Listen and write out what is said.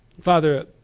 Father